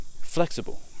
flexible